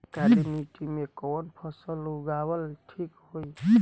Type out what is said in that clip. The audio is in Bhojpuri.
काली मिट्टी में कवन फसल उगावल ठीक होई?